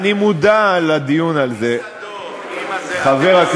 תיקון סעיף 2 לחוק